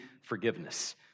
forgiveness